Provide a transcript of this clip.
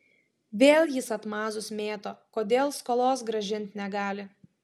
vėl jis atmazus mėto kodėl skolos grąžint negali